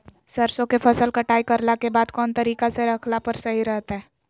सरसों के फसल कटाई करला के बाद कौन तरीका से रखला पर सही रहतय?